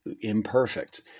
imperfect